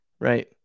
Right